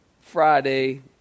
Friday